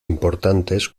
importantes